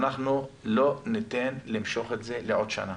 אנחנו לא ניתן למשוך את זה לעוד שנה.